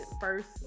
first